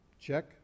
Check